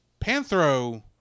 Panthro